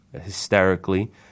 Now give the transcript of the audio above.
hysterically